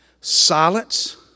Silence